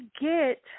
get